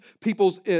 people's